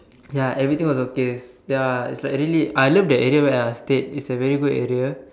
ya everything was okay ya it's like really I love that area where I stayed it's a very good area